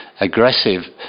aggressive